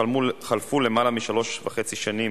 יושב-ראש הוועדה כרמל שאמה-הכהן,